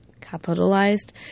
capitalized